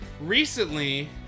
recently